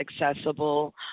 accessible